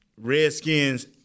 Redskins